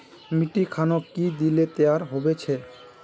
मिट्टी खानोक की दिले तैयार होबे छै?